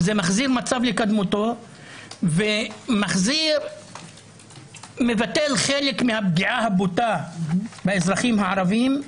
זה מחזיר מצב לקדמותו ומבטל חלק מהפגיעה הבוטה באזרחים הערביים,